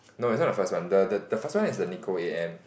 no it's not the first one the the the first one is the Nicole a_m